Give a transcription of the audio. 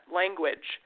language